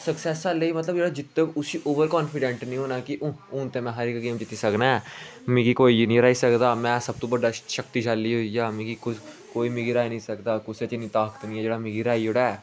success आहले गी मतलब जेह्ड़ा जित्तग उसी ओवर कान्फीडेंट नेईं होना कि ओह् हून ते में हर इक गेम जित्ती सकना ऐ मिगी कोई नेईं हराई सकदा में सब तू बड्डा शक्तिशाली होई गेआ मिगी कोई मिगी र्हाई नेईं सकदा कुसै च इन्नी ताकत नेईं ऐ जेह्ड़ा मिगी र्हाई ओड़ै